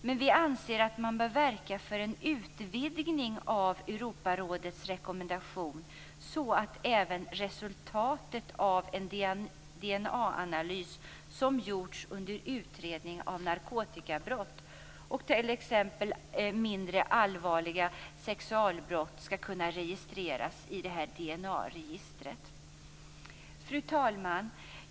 Men vi anser att man bör verka för en utvidgning av Europarådets rekommendation, så att även resultatet av en DNA-analys som gjorts under utredning av narkotikabrott och t.ex. mindre allvarliga sexualbrott skall kunna registreras i detta DNA Fru talman!